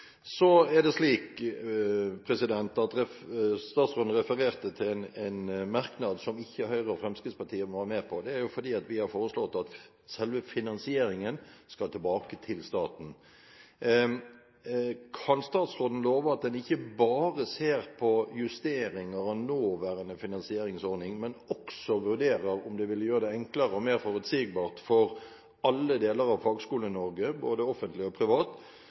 Så refererte statsråden til en merknad som Høyre og Fremskrittspartiet ikke var med på. Det er jo fordi vi har foreslått at selve finansieringen skal tilbake til staten. Kan statsråden love at en ikke bare ser på justeringer og nåværende finansieringsordning, men også vurderer om det vil gjøre det enklere og mer forutsigbart for alle deler av fagskolene i Norge – både offentlig og privat